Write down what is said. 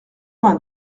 vingt